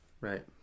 right